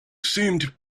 seemed